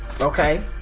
Okay